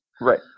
Right